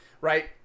right